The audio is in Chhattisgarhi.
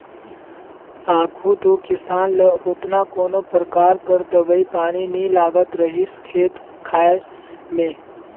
आघु दो किसान ल ओतना कोनो परकार कर दवई पानी नी लागत रहिस खेत खाएर में